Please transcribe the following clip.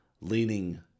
leaning